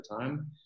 time